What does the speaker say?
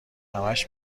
همش